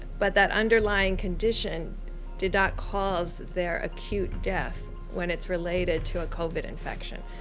but that underlying condition did not cause their acute death when it's related to a covid infection.